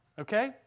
Okay